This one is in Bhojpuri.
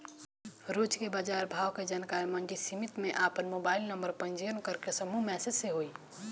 रोज के बाजार भाव के जानकारी मंडी समिति में आपन मोबाइल नंबर पंजीयन करके समूह मैसेज से होई?